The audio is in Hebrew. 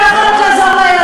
תיתן לכולם,